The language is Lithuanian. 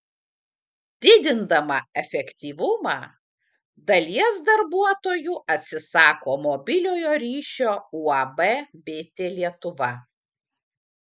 didindama efektyvumą dalies darbuotojų atsisako mobiliojo ryšio uab bitė lietuva